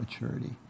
maturity